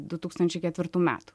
du tūkstančiai ketvirtų metų